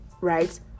right